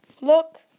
Look